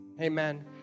Amen